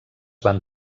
van